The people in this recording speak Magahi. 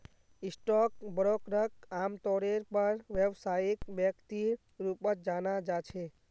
स्टाक ब्रोकरक आमतौरेर पर व्यवसायिक व्यक्तिर रूपत जाना जा छे